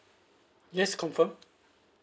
yes confirm